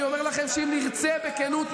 ואני אומר לכם שאם נרצה בכנות,